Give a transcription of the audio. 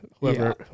whoever